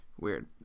weird